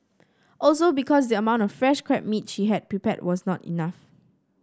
also because the amount of fresh crab meat she had prepared was not enough